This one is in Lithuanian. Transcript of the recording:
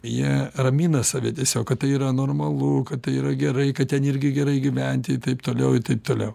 jie ramina save tiesiog kad tai yra normalu kad tai yra gerai kad ten irgi gerai gyventi ir taip toliau taip toliau